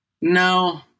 no